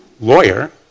lawyer